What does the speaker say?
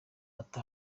ati